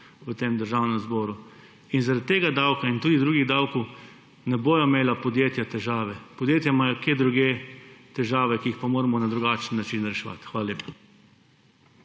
v Državnem zboru. Zaradi tega davka in tudi drugih davkov podjetja ne bodo imela težav, podjetja imajo kje drugje težave, ki jih pa moramo na drugačen način reševati. Hvala lepa.